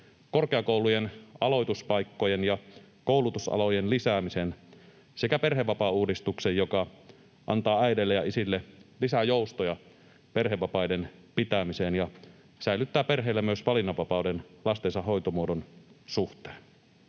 korkeakoulujen aloituspaikkojen ja koulutusalojen lisäämisen sekä perhevapaauudistuksen, joka antaa äideille ja isille lisää joustoja perhevapaiden pitämiseen ja säilyttää perheillä myös valinnanvapauden lastensa hoitomuodon suhteen.